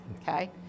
okay